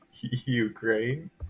Ukraine